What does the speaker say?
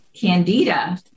candida